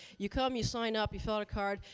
you come. you sign up. you fill out a card.